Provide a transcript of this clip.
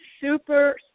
Super